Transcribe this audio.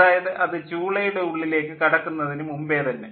അതായത് അത് ചൂളയുടെ ഉള്ളിലേക്ക് കടക്കുന്നതിന് മുമ്പേ തന്നെ